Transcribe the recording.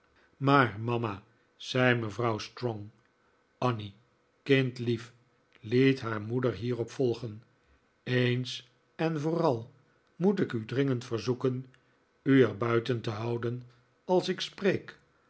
maar mama zei mevrouw strong annie kindlief liet haar moeder hierop volgen eens en vooral moet ik u dringend verzoeken u er buiten te houden als ik spreek